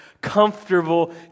comfortable